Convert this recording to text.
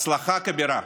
הצלחה כבירה.